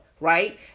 right